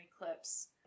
eclipse